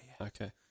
Okay